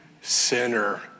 sinner